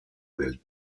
del